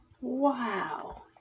Wow